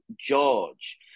George